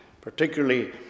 particularly